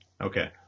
Okay